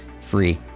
free